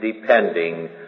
depending